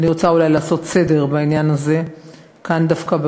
אני רוצה אולי לעשות סדר בעניין הזה כאן דווקא,